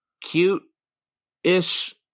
Cute-ish